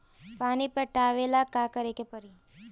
पानी पटावेला का करे के परी?